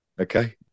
Okay